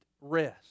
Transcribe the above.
rest